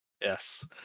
Yes